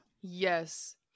Yes